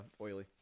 oily